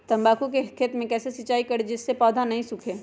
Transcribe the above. तम्बाकू के खेत मे कैसे सिंचाई करें जिस से पौधा नहीं सूखे?